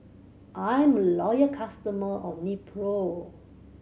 i'm a loyal customer of Nepro